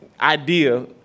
idea